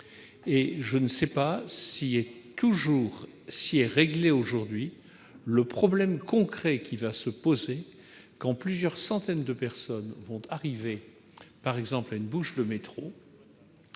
et je ne sais toujours pas si est réglé, aujourd'hui, le problème concret qui va se poser quand plusieurs centaines de personnes arriveront, par exemple, à une bouche le métro,